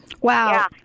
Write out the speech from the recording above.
Wow